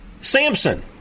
Samson